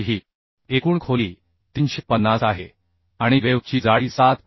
आणि d ही एकूण खोली 350 आहे आणि वेव्ह ची जाडी 7